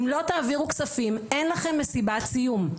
אם לא תעבירו כספים אין לכם מסיבת סיום,